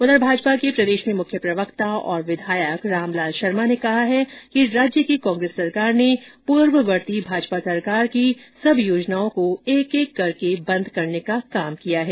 उधर भाजपा के प्रदेश में मुख्य प्रवक्ता और विधायक रामलाल शर्मा ने कहा है कि राज्य की कांग्रेस सरकार ने पूर्ववर्ती भाजपा सरकार की सब योजनाओं को एक एक करके बंद करने का काम किया है